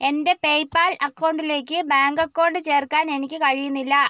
എൻ്റെ പേയ്പാൽ അക്കൗണ്ടിലേക്ക് bank account ചേർക്കാൻ എനിക്ക് കഴിയുന്നില്ല